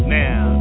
now